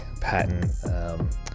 patent